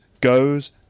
goes